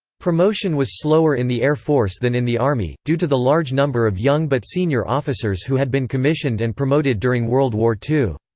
promotion was slower in the air force than in the army, due to the large number of young but senior officers who had been commissioned and promoted during world war ii.